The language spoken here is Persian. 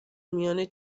میان